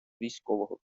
військового